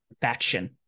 faction